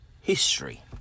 history